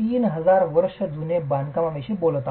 3000 वर्ष जुन्या बांधकामाविषयी बोलत आहोत